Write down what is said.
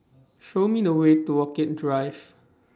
Show Me The Way to Orchid Drive